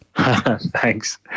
Thanks